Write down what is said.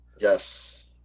Yes